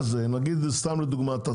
ניקח כדוגמה את אלתא,